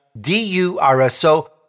D-U-R-S-O